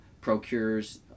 procures